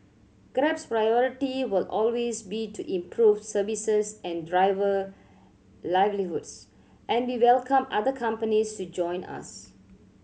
Grab's priority will always be to improve services and driver livelihoods and we welcome other companies to join us